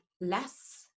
less